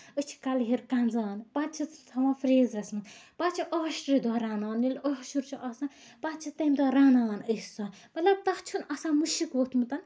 أسۍ چھِ کَلہیٖر کَنزان پَتہٕ چھُ سُہ تھاوان فریٖزرَس منٛز پَتہٕ چھُ آشروٗ دۄہ رَنان ییٚلہِ ٲشوٗر چھُ آسان پَتہٕ چھِ تَمہِ دۄہ رَنان أسۍ سۄ مطلب تَتھ چھُنہٕ آسان مُشُک ووٚتھمُت کِہیٖنۍ نہٕ